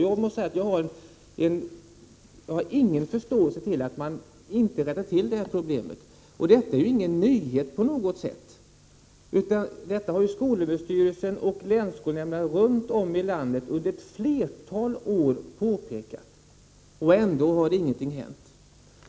Jag har ingen förståelse för att man inte rättar till detta problem. Det är ju inte på något sätt en nyhet. Skolöverstyrelsen och länsskolenämnderna runt om i landet har påpekat detta under ett flertal år. Ändå har ingenting hänt.